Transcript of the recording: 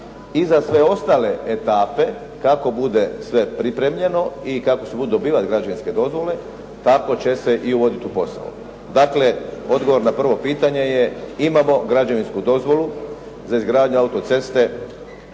i za sve ostale etape kako bude sve pripremljeno i kako se budu dobivale građevinske dozvole tako će se i uvodit u posao. Dakle, odgovor na prvo pitanje je imamo građevinsku dozvolu za izgradnju auto-ceste